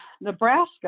Nebraska